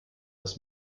das